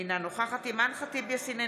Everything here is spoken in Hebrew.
אינה נוכחת אימאן ח'טיב יאסין,